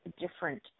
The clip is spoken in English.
different